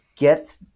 get